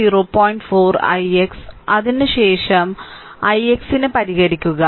4 ix അതിനുശേഷം ix ന് പരിഹരിക്കുക